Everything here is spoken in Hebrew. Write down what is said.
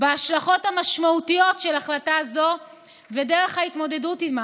בהשלכות המשמעותיות של החלטה זו ודרך ההתמודדות עימן.